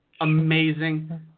amazing